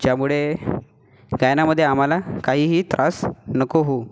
ज्यामुळे गायनामध्ये आम्हाला काहीही त्रास नको होऊ